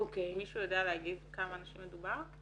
מישהו יודע להגיד כמה אנשים מדובר?